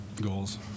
goals